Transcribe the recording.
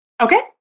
Okay